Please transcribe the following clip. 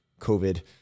COVID